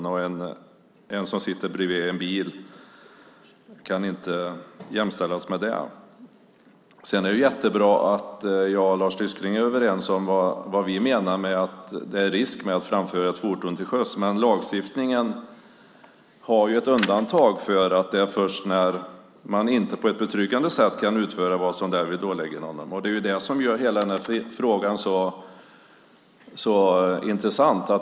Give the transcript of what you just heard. Någon som sitter bredvid föraren av en bil kan inte jämställas med honom eller henne. Det är jättebra att jag och Lars Tysklind är överens om vad vi menar är risken med att framföra ett fordon till sjöss. Men lagstiftningen gör ett undantag för detta - det är först när man inte på ett betryggande sätt kan utföra vad som därvid åligger någon. Det är det som gör hela frågan så intressant.